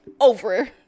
Over